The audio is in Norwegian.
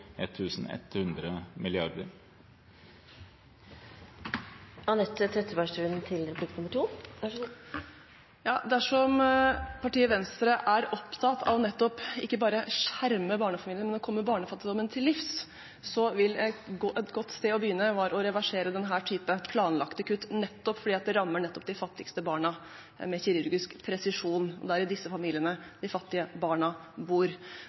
Dersom partiet Venstre er opptatt av ikke bare å skjerme barnefamiliene, men av å komme barnefattigdommen til livs, vil et godt sted å begynne være å reversere denne typen planlagte kutt, nettopp fordi det rammer de fattigste barna med kirurgisk presisjon. Det er i disse familiene de fattige barna bor.